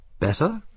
Better